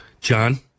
John